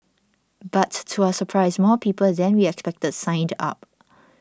but to our surprise more people than we expected signed up